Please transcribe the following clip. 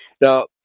Now